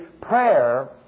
prayer